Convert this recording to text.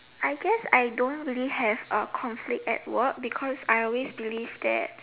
I guess I don't really have a conflict at work because I always believe that